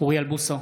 אוריאל בוסו,